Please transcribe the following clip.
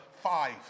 five